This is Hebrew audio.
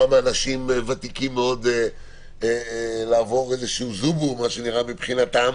מאנשים ותיקים מאוד לעבור זובור מבחינתם,